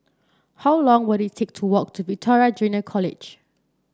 how long will it take to walk to Victoria Junior College